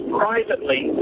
privately